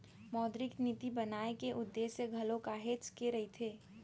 मौद्रिक नीति बनाए के उद्देश्य घलोक काहेच के रहिथे